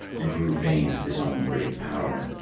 and grew vain of his own great power.